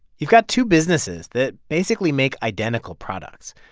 you've got two businesses that basically make identical products.